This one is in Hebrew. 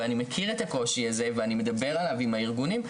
ואני מכיר את הקושי הזה ואני מדבר עליו עם הארגונים,